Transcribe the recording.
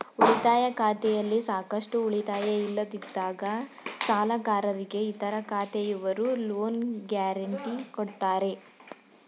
ಉಳಿತಾಯ ಖಾತೆಯಲ್ಲಿ ಸಾಕಷ್ಟು ಉಳಿತಾಯ ಇಲ್ಲದಿದ್ದಾಗ ಸಾಲಗಾರರಿಗೆ ಇತರ ಖಾತೆಯವರು ಲೋನ್ ಗ್ಯಾರೆಂಟಿ ಕೊಡ್ತಾರೆ